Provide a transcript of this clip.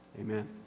Amen